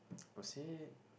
I would said